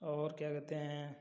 और क्या कहते हैं